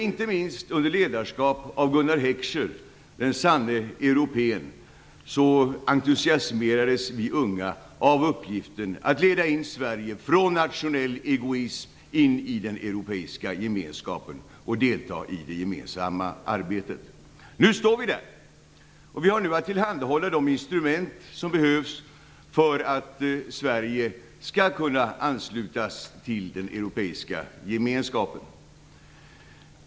Inte minst under ledarskap av Gunnar Heckscher, den sanne europén, entusiasmerades vi unga av uppgiften att leda in Sverige från nationell egoism in i den europeiska gemenskapen och delta i det gemensamma arbetet. Nu står vi där, och vi har nu att tillhandahålla de instrument som behövs för att Sverige skall kunna anslutas till den europeiska gemenskapen.